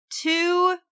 two